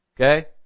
Okay